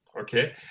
Okay